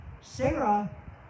Sarah